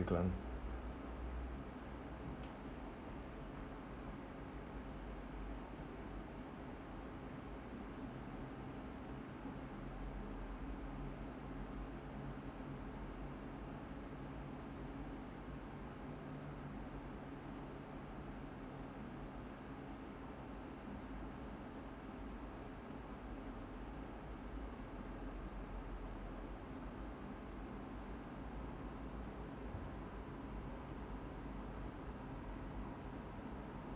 glen